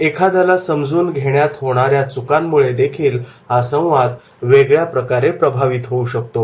एखाद्याला समजून घेण्यात होणाऱ्या चुकांमुळे देखील हा संवाद वेगळ्या प्रकारे प्रभावित होऊ शकतो